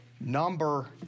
number